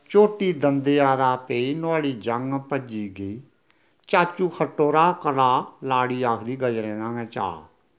झोट्टी दंदेआ दा पेई नुआढ़ी जङ भज्जी गेई चाचू खट्टै रा करला लाड़ी आखदी गजरें दा गै चाऽ